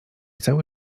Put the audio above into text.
cały